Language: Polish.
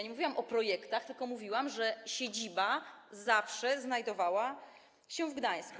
Nie mówiłam o projektach, tylko mówiłam, że siedziba zawsze znajdowała się w Gdańsku.